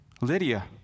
Lydia